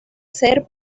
ser